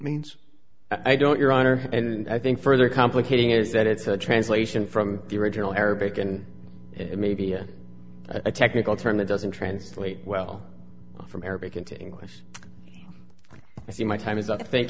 means i don't your honor and i think further complicating is that it's a translation from the original arabic and it may be a technical term that doesn't translate well from arabic into english i see my time is up thank